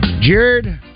Jared